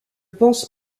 pense